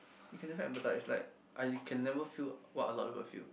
you can never empathize like I can never feel what a lot people feel